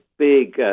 Big